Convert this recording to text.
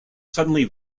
suddenly